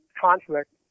conflict